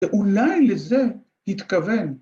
‫ואולי לזה התכוון.